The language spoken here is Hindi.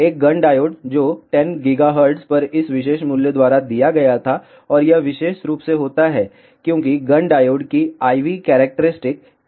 एक गन डायोड जो 10 GHz पर इस विशेष मूल्य द्वारा दिया गया था और यह विशेष रूप से होता है क्योंकि गन डायोड की iv कैरेक्टरिस्टिक इस तरह है